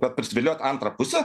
kad prisiviliot antrą pusę